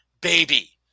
baby